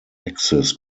axis